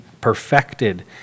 perfected